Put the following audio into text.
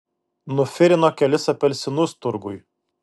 nufirino kelis apelsinus turguj